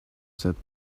said